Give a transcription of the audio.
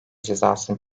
cezasını